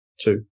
two